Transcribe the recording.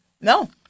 No